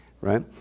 right